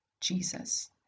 Jesus